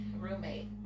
roommate